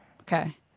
Okay